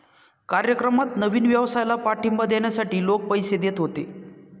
कार्यक्रमात नवीन व्यवसायाला पाठिंबा देण्यासाठी लोक पैसे देत होते